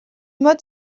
mode